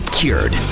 cured